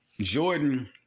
Jordan